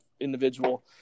individual